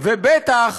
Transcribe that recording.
ובטח